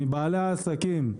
מבעלי העסקים,